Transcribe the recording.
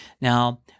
Now